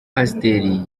pasiteri